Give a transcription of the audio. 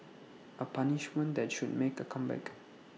A punishment that should make A comeback